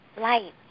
light